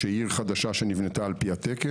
שהיא עיר חדשה שנבנתה על פי התקן,